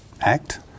act